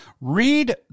Read